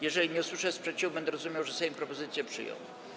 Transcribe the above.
Jeżeli nie usłyszę sprzeciwu, będę rozumiał, że Sejm propozycje przyjął.